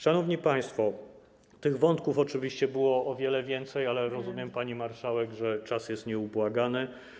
Szanowni państwo, tych wątków oczywiście było o wiele więcej, ale rozumiem, pani marszałek, że czas jest nieubłagany.